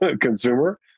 consumer